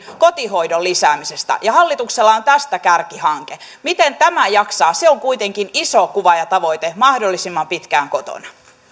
kotihoidon lisäämisestä ja hallituksella on tästä kärkihanke miten tämä jaksaa se on kuitenkin iso kuva ja tavoite mahdollisimman pitkään kotona